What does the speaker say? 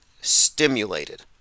stimulated